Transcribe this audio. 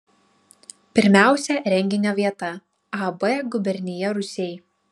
pirmiausia renginio vieta ab gubernija rūsiai